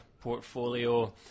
portfolio